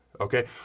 okay